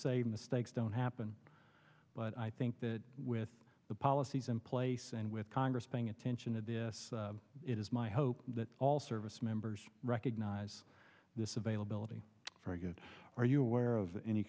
say mistakes don't happen but i think that with the policies in place and with congress paying attention to this it is my hope that all service members recognize this availability for good are you aware of any